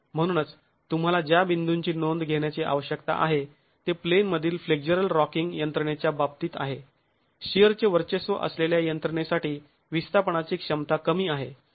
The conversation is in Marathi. म्हणूनच तुम्हाला ज्या बिंदूची नोंद घेण्याची आवश्यकता आहे ते प्लेन मधील फ्लेक्झरल रॉकिंग यंत्रणेच्या बाबतीत आहे शिअरचे वर्चस्व असलेल्या यंत्रणेसाठी विस्थापनाची क्षमता कमी आहे